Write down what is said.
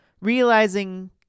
realizing